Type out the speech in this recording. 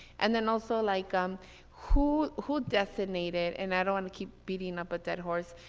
and then also like um who who designated, and i don't want to keep beating up a dead horse,